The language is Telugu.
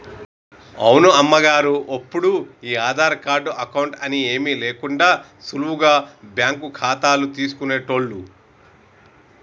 అవును అమ్మగారు ఒప్పుడు ఈ ఆధార్ కార్డు అకౌంట్ అని ఏమీ లేకుండా సులువుగా బ్యాంకు ఖాతాలు తీసుకునేటోళ్లు